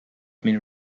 been